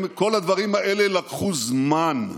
כל הדברים האלה לקחו זמן,